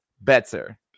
Better